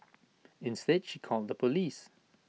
instead she called the Police